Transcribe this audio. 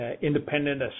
independent